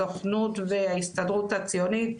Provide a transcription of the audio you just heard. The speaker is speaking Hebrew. סוכנות וההסתדרות הציונית.